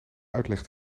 uitleg